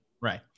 Right